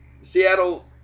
Seattle